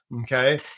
okay